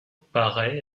paraît